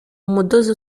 umudozi